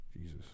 Jesus